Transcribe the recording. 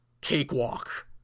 cakewalk